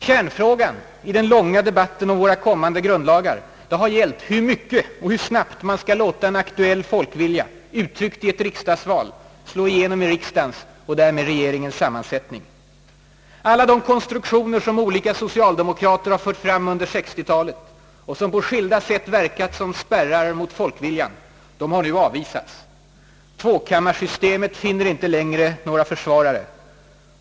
Kärnfrågan i den långa debatten om våra kommande grundlagar har gällt hur mycket och hur snabbt man kan låta en aktuell folkvilja, uttryckt i ett riksdagsval, slå igenom i riksdagens och därmed regeringens sammansättning. Alla de konstruktioner, som olika socialdemokrater har fört fram under 1960-talet och som på skilda sätt verkat som spärrar mot folkviljan, har nu avvisats. Tvåkammarsystemet finner inte längre några försvarare.